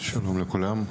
שלום לכולם.